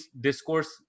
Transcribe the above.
discourse